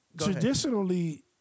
traditionally